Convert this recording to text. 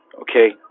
okay